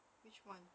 which one